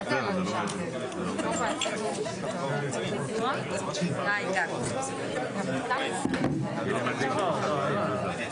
היינו יכולים לחסוך כאב וטראומה עבור אנשים אחרים וגם היינו יכולים